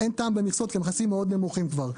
אין טעם במכסות כי המכסים מאוד נמוכים כבר.